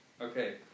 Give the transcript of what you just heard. Okay